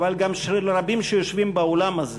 אבל של רבים שיושבים באולם הזה,